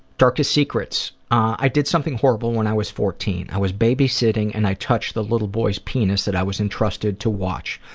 darkest secrets? i did something horrible when i was fourteen. fourteen. i was baby-sitting and i touched the little boy's penis that i was entrusted to watch.